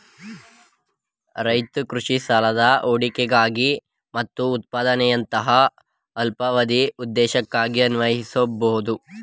ರೈತ್ರು ಕೃಷಿ ಸಾಲನ ಹೂಡಿಕೆಗಾಗಿ ಮತ್ತು ಉತ್ಪಾದನೆಯಂತಹ ಅಲ್ಪಾವಧಿ ಉದ್ದೇಶಕ್ಕೆ ಅನ್ವಯಿಸ್ಬೋದು